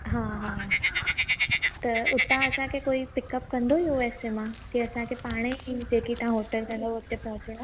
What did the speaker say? हा हा त उतां असांखे कोई पिकअप कंदो यू एस ए मां के असांखे पाणे ई जेकी तव्हां होटल कंदा हुते पहुचणो आहे